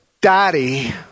daddy